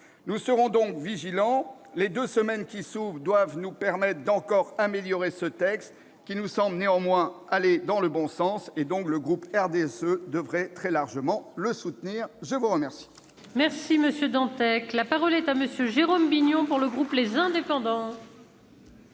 Nous serons donc vigilants. Les deux semaines qui s'ouvrent doivent nous permettre d'améliorer encore ce texte, qui nous semble néanmoins aller dans le bon sens. Le groupe du RDSE devrait donc très largement le soutenir. La parole